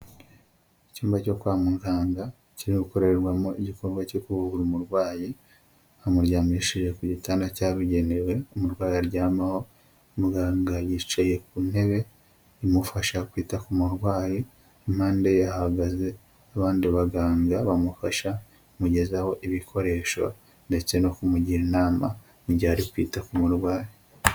Icyumba cyo kwa muganga kiri gukorerwamo igikorwa cyo kuvura umurwayi, bamuryamishije ku gitanda cyabugenewe umurwayi aryamaho, muganga yicaye ku ntebe imufasha kwita ku murwayi, impande ye hahagaze abandi baganga bamufasha kumugezaho ibikoresho ndetse no kumugira inama mu gihe ari kwita ku murwayi.